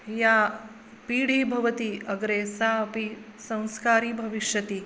या पीडा भवति अग्रे सा अपि संस्कारः भविष्यति